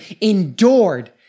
endured